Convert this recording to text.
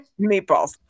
Meatballs